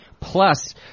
Plus